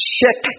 check